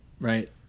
Right